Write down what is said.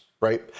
Right